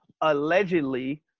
allegedly